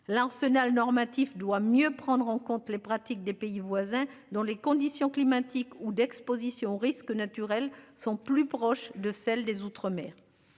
l'arsenal normatif doit mieux prendre en compte les pratiques des pays voisins dans les conditions climatiques ou d'Exposition aux risques naturels sont plus proches de celles des outre-, mer.